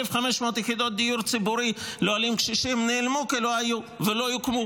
1,500 יחידות דיור ציבורי לעולים קשישים נעלמו כלא היו ולא הוקמו